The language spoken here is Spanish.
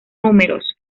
números